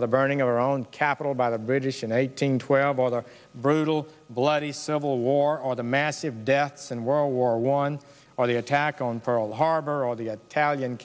the burning of our own capital by the british an eighteen twelve or the brutal bloody civil war or the massive deaths in world war one or the attack on pearl harbor or the talian